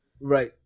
right